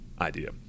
idea